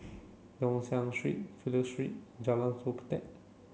Yong Siak Street Fidelio Street and Jalan